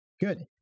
Good